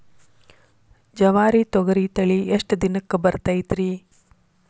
ಜವಾರಿ ತೊಗರಿ ತಳಿ ಎಷ್ಟ ದಿನಕ್ಕ ಬರತೈತ್ರಿ?